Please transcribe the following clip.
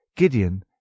Gideon